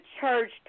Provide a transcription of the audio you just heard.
church